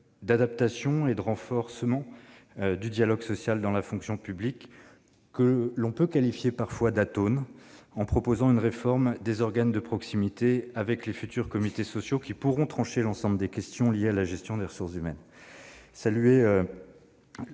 d'adapter et de renforcer le dialogue social dans la fonction publique, que l'on peut parfois qualifier d'atone, en proposant une réforme des organes de proximité : les futurs comités sociaux pourront trancher l'ensemble des questions liées à la gestion des ressources humaines.